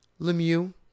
Lemieux